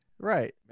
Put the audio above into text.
Right